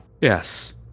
yes